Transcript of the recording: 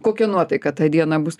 kokia nuotaika tą dieną bus